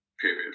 period